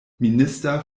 minister